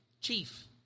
chief